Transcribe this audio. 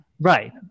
right